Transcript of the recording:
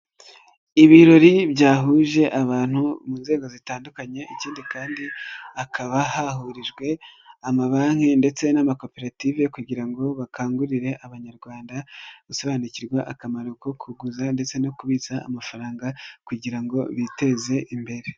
Ibirori byahuje abantu mu nzego zitandukanye ikindi kandi hakaba hahurijwe amabanki ndetse n'amakoperative kugira ngo bakangurire abanyarwanda gusobanukirwa akamaro ko kuguza ndetse no kubitsa amafaranga kugira ngo biteze imbere.